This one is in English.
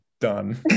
done